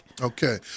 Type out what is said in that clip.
okay